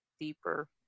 deeper